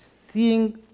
seeing